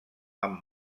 amb